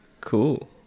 Cool